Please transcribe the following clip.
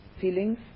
feelings